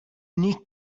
unique